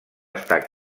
estar